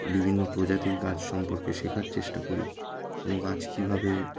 বিভিন্ন প্রজাতির গাছ সম্পর্কে শেখার চেষ্টা করি কোনো গাছ কীভাবে